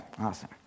Awesome